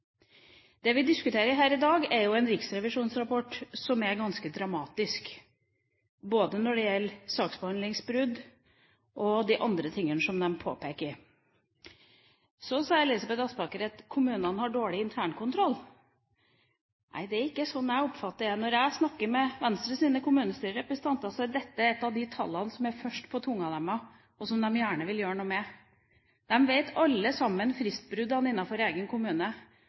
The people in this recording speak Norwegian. Det vi diskuterer her i dag, er jo en riksrevisjonsrapport som er ganske dramatisk, både når det gjelder saksbehandlingsbrudd, og de andre tingene som man påpeker. Så sa Elisabeth Aspaker at kommunene har dårlig internkontroll. Nei, det er ikke sånn jeg oppfatter det. Når jeg snakker med Venstres kommunestyrerepresentanter, er dette ett av de tallene som de først har på tungen, og som de gjerne vil gjøre noe med. De vet alle sammen om fristbruddene innenfor egen kommune